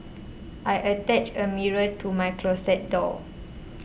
I attached a mirror to my closet door